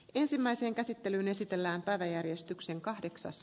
ensimmäisen käsittelyn esitellään päiväjärjestykseen kahdeksas